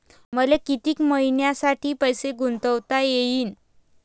मले कितीक मईन्यासाठी पैसे गुंतवता येईन?